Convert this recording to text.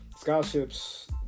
scholarships